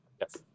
yes